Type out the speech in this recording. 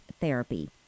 Therapy